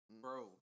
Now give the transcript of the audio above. Bro